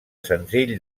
senzill